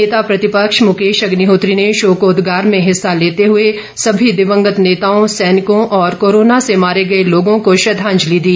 नेता प्रतिपक्ष मुकेश अग्निहोत्री ने शोकोदगार में हिस्सा लेते हुए सभी दिवंगत नेताओं सैनिकों और कोरोना से मारे गए लोगों को श्रद्वांजलि दी